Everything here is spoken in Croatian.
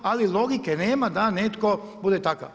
Ali logike nema da netko bude takav.